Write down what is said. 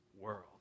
world